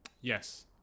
Yes